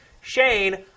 Shane